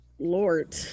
Lord